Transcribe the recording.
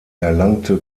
erlangte